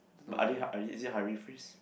but are they uh is it hurry face